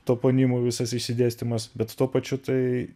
toponimų visas išsidėstymas bet tuo pačiu tai